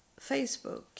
Facebook